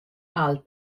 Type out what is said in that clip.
ha’l